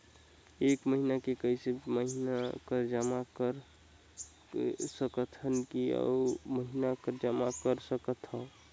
एक महीना मे एकई महीना कर जमा कर सकथव कि अउ महीना कर जमा कर सकथव?